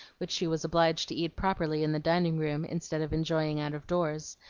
which she was obliged to eat properly in the dining-room, instead of enjoying out-of-doors,